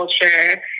culture